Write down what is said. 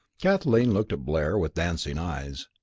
kathleen looked at blair with dancing eyes.